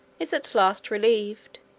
is at last relieved.